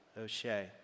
O'Shea